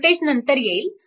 voltage नंतर येईल